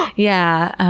yeah.